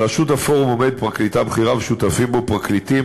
בראשות הפורום עומדת פרקליטה בכירה ושותפים בו פרקליטים